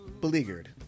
beleaguered